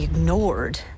ignored